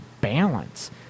balance